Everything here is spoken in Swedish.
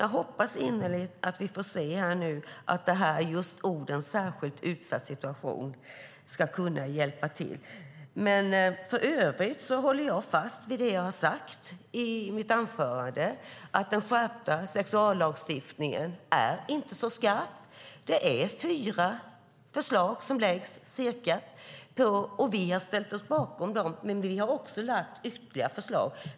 Jag hoppas innerligt att vi nu får se att orden "särskilt utsatt situation" ska kunna hjälpa till. För övrigt håller jag fast vid det jag har sagt i mitt anförande. Den skärpta sexuallagstiftningen är inte så skarp. Det är fyra förslag som läggs fram. Vi har ställt oss bakom dem. Men vi har också lagt fram ytterligare förslag.